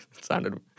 Sounded